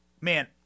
Man